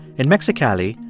in mexicali,